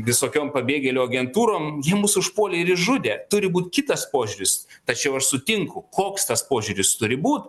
visokiom pabėgėlių agentūrom jie mus užpuolė ir išžudė turi būt kitas požiūris tačiau aš sutinku koks tas požiūris turi būt